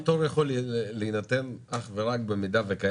כלומר הפטור יכול להינתן אך ורק אם יש